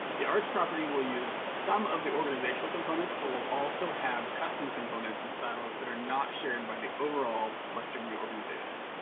the arts prompt will use some of the organizational components but will also have custom components and styles that are not shared by the overall western u organization.